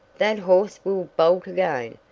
that horse will bolt again.